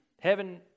heaven